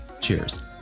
Cheers